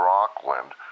Rockland